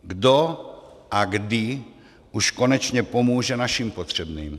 Kdo a kdy už konečně pomůže našim potřebným?